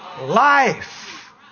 life